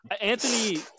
Anthony